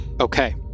Okay